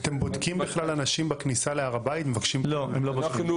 אתם בודקים אנשים בכניסה להר הבית ומבקשים --- הם לא בודקים.